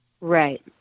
Right